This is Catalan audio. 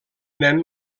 nen